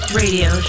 radio